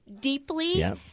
deeply